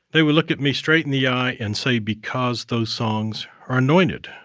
they would look at me straight in the eye and say, because those songs are anointed.